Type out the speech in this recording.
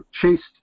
chased